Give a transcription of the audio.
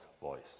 voice